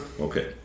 Okay